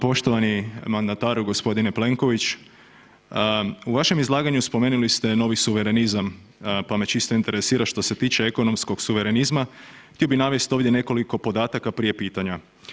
Poštovani mandataru gospodine Plenković u vašem izlaganju spomenuli ste novi suverenizam, pa me čisto interesira što se tiče ekonomskom suverenizma htio bi navest ovdje nekoliko podataka prije pitanja.